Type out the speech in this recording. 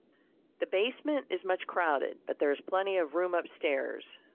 the basement is much crowded, but there is plenty of room up-stairs,